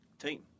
team